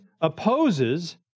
opposes